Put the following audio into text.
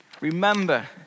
remember